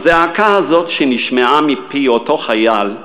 הזעקה הזאת, שנשמעה מפי אותו חייל,